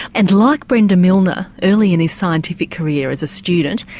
and like brenda milner, early in his scientific career as a student,